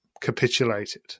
capitulated